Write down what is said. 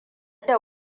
da